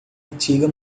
antiga